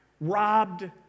robbed